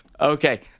okay